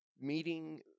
meeting